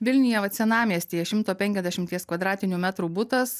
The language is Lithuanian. vilniuje vat senamiestyje šimto penkiasdešimties kvadratinių metrų butas